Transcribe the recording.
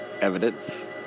evidence